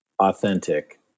authentic